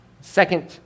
Second